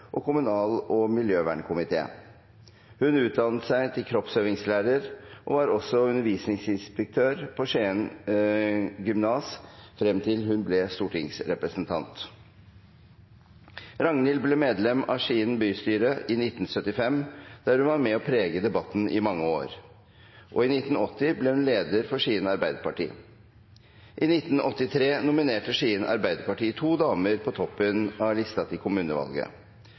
og kommunal- og miljøvernkomité. Hun utdannet seg til kroppsøvingslærer og var også undervisningsinspektør på Skien gymnas frem til hun ble stortingsrepresentant. Ragnhild ble medlem av Skien bystyre i 1975 der hun var med på å prege debatten i mange år. I 1980 ble hun leder for Skien Arbeiderparti. I 1983 nominerte Skien Arbeiderparti to damer på toppen av lista til kommunevalget,